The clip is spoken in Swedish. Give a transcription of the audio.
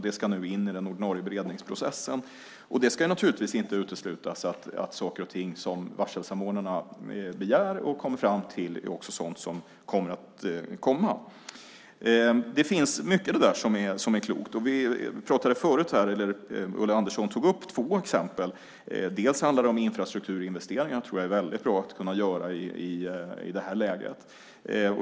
Det ska nu in i den ordinarie beredningsprocessen. Det ska inte uteslutas att saker och ting som varselsamordnarna begär och kommer fram till också är sådant som kommer att komma. Det finns mycket som är klokt. Ulla Andersson tog upp två exempel här. Det handlar om infrastrukturinvesteringar. Det är väldigt bra att kunna göra i det här läget.